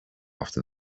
after